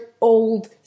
old